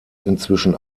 inzwischen